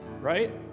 right